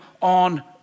on